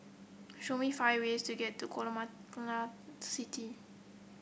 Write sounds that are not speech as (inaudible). show me five ways to get to Guatemala (unintelligible) City